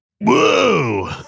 whoa